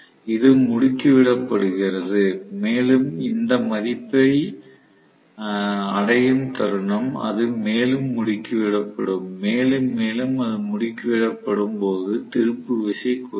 இது முடுக்கி விடப் படுகிறது மேலும் அது இந்த மதிப்பை அடையும் தருணம் அது மேலும் முடுக்கிவிடும் மேலும் மேலும் அது முடுக்கி விடப் படும்போது திருப்பு விசை குறையும்